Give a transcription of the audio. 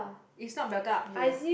it's not better up here ya ya ya